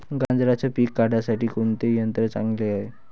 गांजराचं पिके काढासाठी कोनचे यंत्र चांगले हाय?